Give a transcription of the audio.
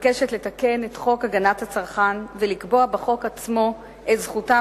מבקשת לתקן את חוק הגנת הצרכן ולקבוע בחוק עצמו את זכותם